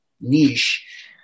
niche